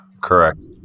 correct